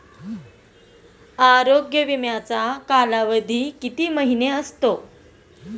आरोग्य विमाचा कालावधी किती महिने असतो?